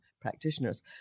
practitioners